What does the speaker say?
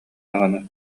даҕаны